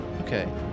Okay